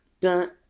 dun